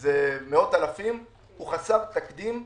זה מאות אלפים הוא חסר תקדים בהיקפו.